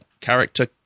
character